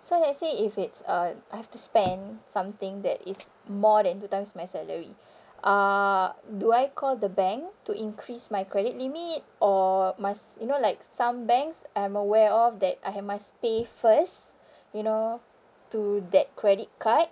so let's say if it's uh I have to spend something that is more than two times my salary uh do I call the bank to increase my credit limit or must you know like some banks I'm aware of that I have must pay first you know to that credit card